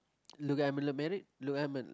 married